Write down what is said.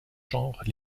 genres